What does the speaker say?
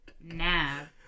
Nav